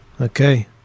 Okay